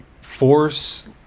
force